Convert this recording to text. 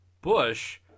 Bush